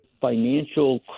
financial